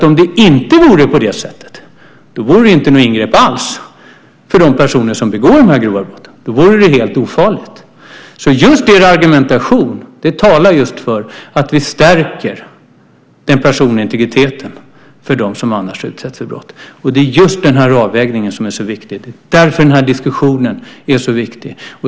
Om det inte vore på det sättet vore det inte något ingrepp alls för de personer som begår de grova brotten. Då vore det helt ofarligt. Just er argumentation talar för att vi stärker den personliga integriteten för dem som annars utsätts för brott. Det är just den här avvägningen som är så viktig. Det är därför den här diskussionen är så viktig.